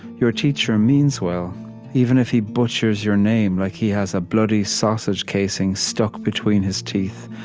your teacher means well even if he butchers your name like he has a bloody sausage casing stuck between his teeth,